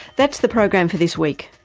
that's the program for this week.